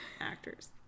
actors